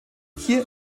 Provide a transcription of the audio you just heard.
hier